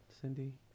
Cindy